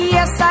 Yes